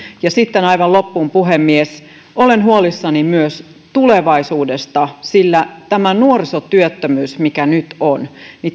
asemaa sitten aivan loppuun puhemies olen huolissani myös tulevaisuudesta sillä tämä nuorisotyöttömyys mikä nyt on